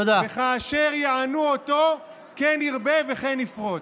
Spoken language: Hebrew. "וכאשר יענו אותו כן ירבה וכן יפרץ".